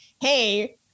hey